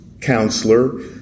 counselor